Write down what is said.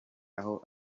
aho